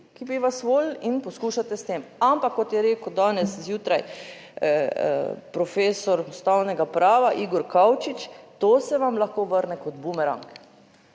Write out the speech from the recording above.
ki bi vas volili. In poskušate s tem. Ampak kot je rekel danes zjutraj profesor ustavnega prava Igor Kavčič, to se vam lahko vrne kot bumerang.